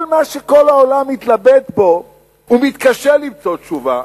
כל מה שכל העולם מתלבט בו ומתקשה למצוא תשובה,